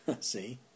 See